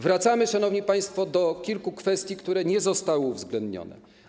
Wracamy, szanowni państwo, do kilku kwestii, które nie zostały uwzględnione.